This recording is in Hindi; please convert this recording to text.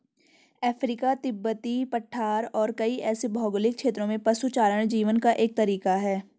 अफ्रीका, तिब्बती पठार और कई ऐसे भौगोलिक क्षेत्रों में पशुचारण जीवन का एक तरीका है